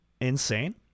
insane